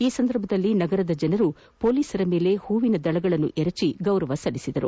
ಈ ಸಂಧರ್ಭದಲ್ಲಿ ನಗರದ ಜನರು ಪೊಲೀಸರ ಮೇಲೆ ಹೋವಿನ ದಳಗಳನ್ನು ಎರಚಿ ಗೌರವ ಸಲ್ಲಿಸಿದರು